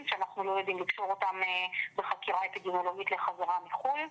שאנחנו לא יודעים לקשור אותם בחקירה אפידמיולוגית לחזרה מחו"ל,